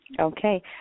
Okay